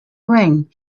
ring